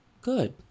good